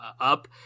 up